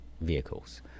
vehicles